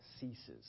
ceases